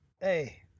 Hey